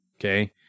Okay